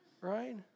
right